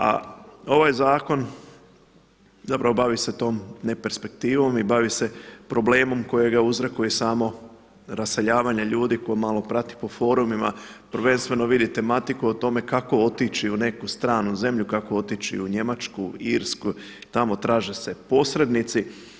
A ovi zakon zapravo bavi se tom ne perspektivom i bavi se problemom koje uzrokuje samo raseljavanje ljudi, tko malo prati po forumima prvenstveno vidi tematiku o tome kako otići u neku stranu zemlju, kako otići u Njemačku, Irsku tamo traže se posrednici.